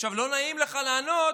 לא נעים לך לענות.